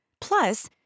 Plus